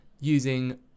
using